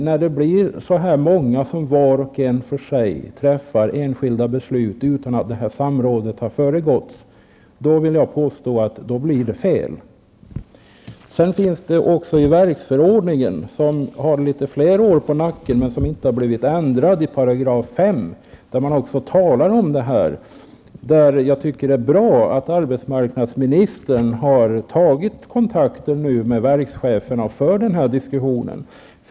När så här många verk fattar enskilda beslut som inte har föregåtts av samråd, vill jag påstå att det blir fel. I verksförordningen -- som har litet fler år på nacken, men som inte har blivit ändrad -- talas om detta i § 5. Det är bra att arbetsmarknadsministern har tagit kontakt med verkschefer för att föra den här diskussionen.